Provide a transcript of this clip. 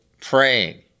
praying